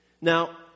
Now